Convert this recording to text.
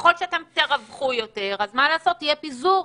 ככל שתרווחו יותר יהיה פיזור